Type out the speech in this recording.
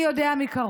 אני יודע מקרוב.